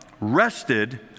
rested